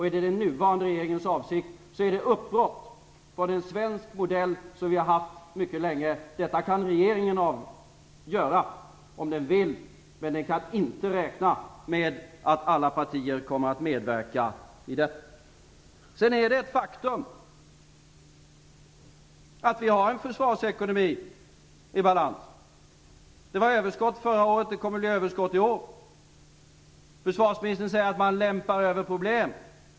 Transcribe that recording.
Är det den nuvarande regeringens avsikt är det ett uppbrott från en svensk modell som vi haft mycket länge. Detta kan regeringen göra om den vill, men den kan inte räkna med att alla partier kommer att medverka. Sedan är det ett faktum att vi har en försvarsekonomi i balans. Det var överskott förra året, och det kommer att bli överskott i år. Försvarsministern säger att man lämpar över problem.